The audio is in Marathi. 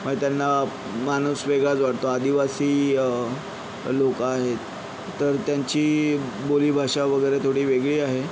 म्हणजे त्यांना माणूस वेगळाच वाटतो आदिवासी लोकं आहेत तर त्यांची बोली भाषा वगैरे थोडी वेगळी आहे